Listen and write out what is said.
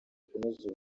kunoza